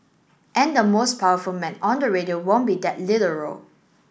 and the most powerful man on the radio won't be that literal